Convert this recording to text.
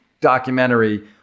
documentary